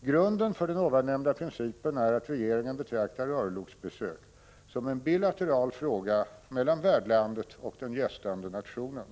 Grunden för den ovannämnda principen är att regeringen betraktar örlogsbesök som en bilateral fråga mellan värdlandet och den gästande nationen.